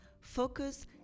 focus